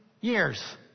years